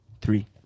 three